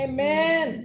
Amen